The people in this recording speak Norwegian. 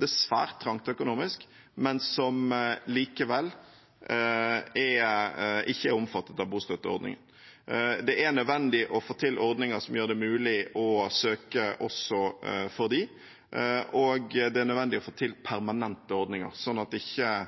det svært trangt økonomisk, men som likevel ikke er omfattet av bostøtteordningen. Det er nødvendig å få til ordninger som gjør det mulig å søke også for dem, og det er nødvendig å få til permanente ordninger, sånn at ikke